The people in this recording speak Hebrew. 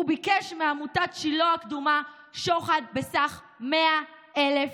הוא ביקש מעמותת "שילה הקדומה" שוחד בסך 100,000